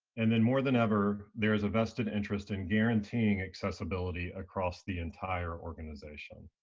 and then more than ever, there is a vested interest in guaranteeing accessibility across the entire organization.